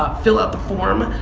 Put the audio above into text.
ah fill out the form,